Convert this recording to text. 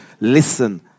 Listen